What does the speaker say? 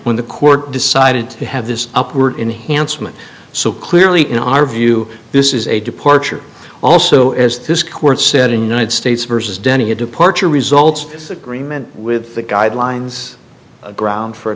when the court decided to have this up were enhanced women so clearly in our view this is a departure also as this court said in united states versus danny a departure results agreement with the guidelines a ground for a